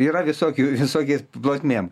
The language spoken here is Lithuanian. yra visokių visokiais plotmėm